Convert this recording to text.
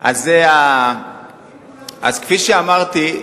אז כפי שאמרתי,